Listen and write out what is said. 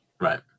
right